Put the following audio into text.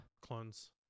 clones